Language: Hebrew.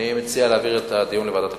אני מציע להעביר את הדיון לוועדת הכספים.